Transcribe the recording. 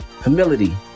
humility